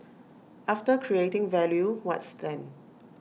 after creating value what's then